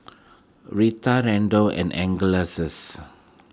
Reta Randall and Angeleses